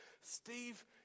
Steve